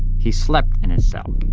he slept in his cell.